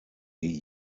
die